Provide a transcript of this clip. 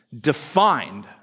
defined